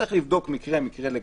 צריך לבדוק מקרה-מקרה לגופו.